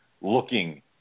looking